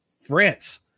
France